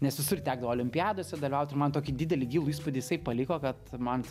nes visur tekdavo olimpiadose dalyvaut ir man tokį didelį gilų įspūdį paliko kad man